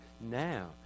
now